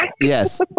Yes